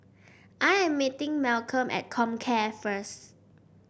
I am meeting Malcom at Comcare first